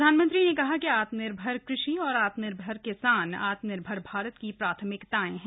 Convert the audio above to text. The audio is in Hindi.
प्रधानमंत्री ने कहा कि आत्मनिर्भर कृषि और आत्मनिर्भर किसान आत्मनिर्भर भारत की प्राथमिकताएं हैं